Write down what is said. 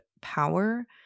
power